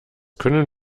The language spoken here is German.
können